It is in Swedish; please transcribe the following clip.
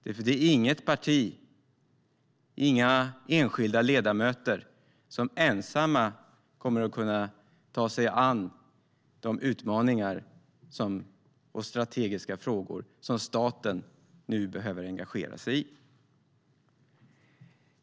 Det är inget parti, inga enskilda ledamöter, som ensamma kommer att kunna ta sig an de utmaningar och strategiska frågor som staten nu behöver engagera sig i.